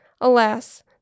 Alas